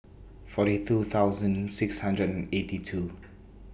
forty two thousand six hundred and eighty two